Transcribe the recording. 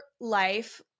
life